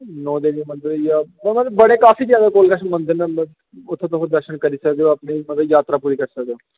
नौ देवियां मंदर होई गेआ मतलब ज्यादा काफी ज्यादा कोल कश मंदर ना उत्थै तुस दर्शन करी सकदे ओ तुस अपनी मतलब यात्रा पूरी करी सकदे ओ